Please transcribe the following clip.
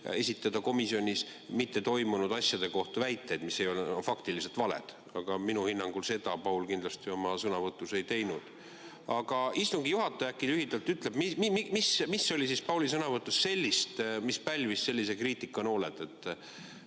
esitada komisjonis mitte toimunud asjade kohta väiteid, mis on faktiliselt valed, aga minu hinnangul seda Paul kindlasti oma sõnavõtus ei teinud. Aga istungi juhataja äkki lühidalt ütleb, mis oli Pauli sõnavõtus sellist, mis pälvis sellised kriitikanooled? Et